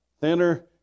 thinner